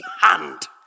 hand